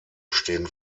stehen